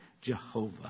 Jehovah